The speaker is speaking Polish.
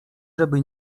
żeby